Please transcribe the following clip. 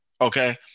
Okay